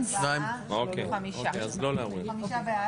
5 בעד.